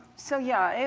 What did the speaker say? so yeah,